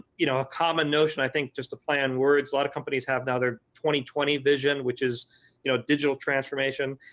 you know a common notion i think just to play on words a lot of companies have twenty twenty vision, which is you know digital transformation.